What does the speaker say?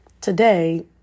today